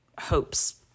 hopes